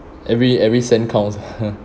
every every cent counts